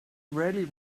rarely